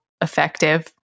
effective